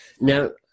Now